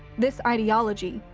this ideology,